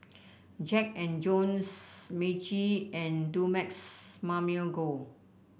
Jack And Jones Meiji and Dumex Mamil Gold